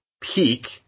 peak